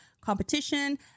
Competition